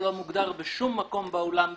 שלא מוגדר בשום מקום בעולם בחקיקה,